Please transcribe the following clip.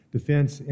Defense